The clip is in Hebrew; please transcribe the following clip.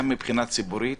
גם מבחינה ציבורית